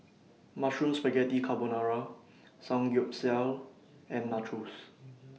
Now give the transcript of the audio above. Mushroom Spaghetti Carbonara Samgyeopsal and Nachos